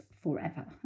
forever